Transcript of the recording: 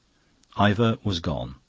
ivor was gone.